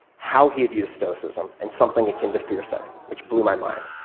how he had used stoicism and something akin to fear-setting, which blew my mind.